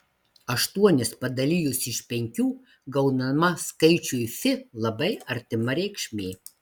aštuonis padalijus iš penkių gaunama skaičiui fi labai artima reikšmė